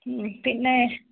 പിന്നെ